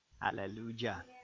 Hallelujah